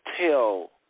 tell